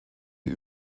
die